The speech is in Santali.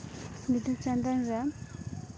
ᱵᱤᱫᱩᱼᱪᱟᱱᱫᱟᱱ ᱨᱮ